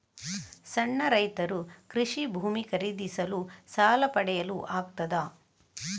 ಸಣ್ಣ ರೈತರು ಕೃಷಿ ಭೂಮಿ ಖರೀದಿಸಲು ಸಾಲ ಪಡೆಯಲು ಆಗ್ತದ?